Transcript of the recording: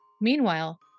Meanwhile